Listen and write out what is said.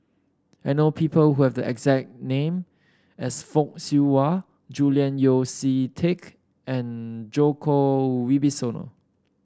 I know people who have the exact name as Fock Siew Wah Julian Yeo See Teck and Djoko Wibisono